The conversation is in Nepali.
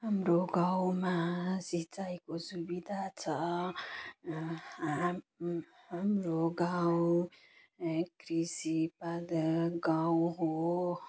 हाम्रो गाउँमा सिँचाइको सुविधा छ हाम हाम्रो गाउँ कृषि उत्पादक गाउँ हो